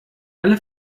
alle